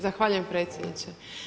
Zahvaljujem predsjedniče.